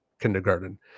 kindergarten